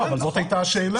אבל זאת הייתה השאלה.